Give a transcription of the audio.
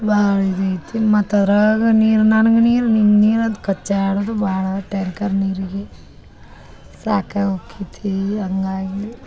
ಭಾಳ ಇದೈತಿ ಮತ್ತು ಅದರಾಗ ನೀರು ನನಗೆ ನೀರು ನಿಂಗೆ ನೀರು ಅಂತ ಕಚ್ಚಾಡೋದು ಭಾಳ ಟ್ಯಾಂಕರ್ ನೀರಿಗೆ ಸಾಕಾಗಿ ಹೋಕೈತೀ ಹಂಗಾಗಿ